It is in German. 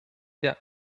der